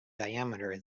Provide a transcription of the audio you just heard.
diameter